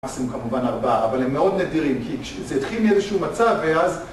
עושים כמובן ארבעה, אבל הם מאוד נדירים, כי זה התחיל מאיזשהו מצב, ואז...